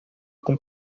com